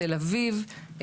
תל אביב,